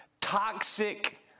toxic